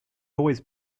always